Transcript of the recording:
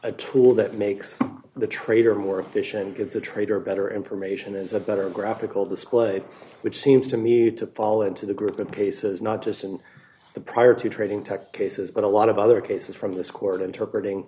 a tool that makes the trader more efficient gives a trader better information is a better graphical display which seems to me to fall into the group of cases not just in the prior to trading tech cases but a lot of other cases from this court interpreting